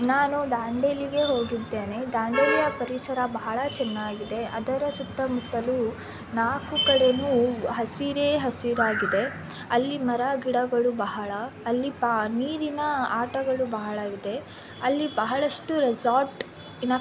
ನಾನು ದಾಂಡೇಲಿಗೆ ಹೋಗಿದ್ದೇನೆ ದಾಂಡೇಲಿಯ ಪರಿಸರ ಬಹಳ ಚೆನ್ನಾಗಿದೆ ಅದರ ಸುತ್ತಮುತ್ತಲೂ ನಾಲ್ಕು ಕಡೆಯೂ ಹಸಿರೇ ಹಸಿರಾಗಿದೆ ಅಲ್ಲಿ ಮರ ಗಿಡಗಳು ಬಹಳ ಅಲ್ಲಿ ಪಾ ನೀರಿನ ಆಟಗಳು ಬಹಳ ಇದೆ ಅಲ್ಲಿ ಬಹಳಷ್ಟು ರೆಸಾರ್ಟಿನ